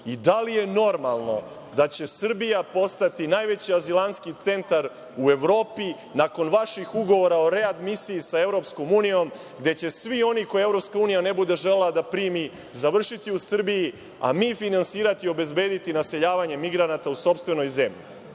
i da li je normalno da će Srbija postati najveći azilantski centar u Evropi nakon vaših ugovora o readmisiji sa Evropskom unijom, gde će svi oni koje Evropska unija ne bude želela da primi završiti u Srbiji, a mi finansirati i obezbediti naseljavanje migranata u sopstvenoj zemlji?